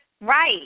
Right